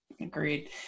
Agreed